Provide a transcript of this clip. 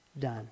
done